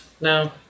No